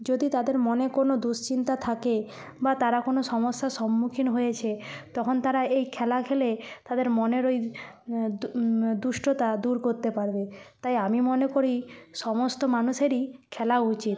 যদি তাদের মনে কোনও দুশ্চিন্তা থাকে বা তারা কোনও সমস্যার সম্মুখীন হয়েছে তখন তারা এই খেলা খেলে তাদের মনের ওই দুষ্টতা দূর করতে পারবে তাই আমি মনে করি সমস্ত মানুষেরই খেলা উচিত